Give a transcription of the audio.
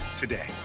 today